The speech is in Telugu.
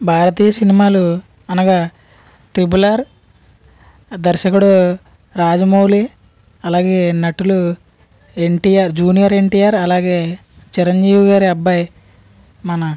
భారతీయ సినిమాలు అనగా ట్రిపుల్ ఆర్ దర్శకుడు రాజమౌళి అలాగే నటులు ఎన్టిఆర్ జూనియర్ ఎన్టిఆర్ అలాగే చిరంజీవి గారి అబ్బాయి మన